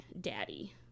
daddy